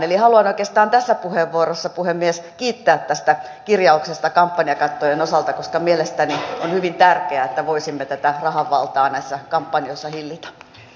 eli haluan oikeastaan tässä puheenvuorossa puhemies kiittää tästä kirjauksesta kampanjakattojen osalta koska mielestäni on hyvin tärkeää että voisimme tätä rahan valtaa näissä kampanjoissa hillitä